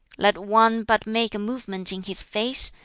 let one but make a movement in his face,